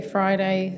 Friday